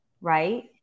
right